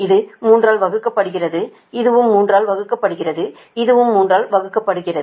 இது 3 ஆல் வகுக்கப்படும் இதுவும் 3ஆல் வகுக்கப்படும் இதுவும் 3ஆல் வகுக்கப்படும்